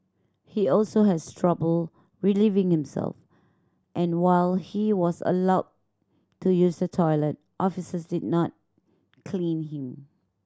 he also has trouble relieving himself and while he was allowed to use the toilet officers did not clean him